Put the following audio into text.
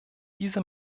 diese